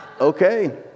okay